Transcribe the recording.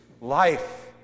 life